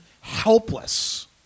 helpless